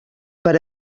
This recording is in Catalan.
per